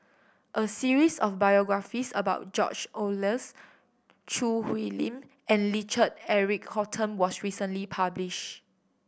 a series of biographies about George Oehlers Choo Hwee Lim and Richard Eric Holttum was recently published